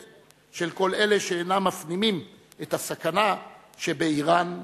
של כל אלה שאינם מפנימים את הסכנה שבאירן גרעינית,